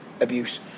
abuse